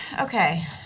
Okay